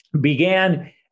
began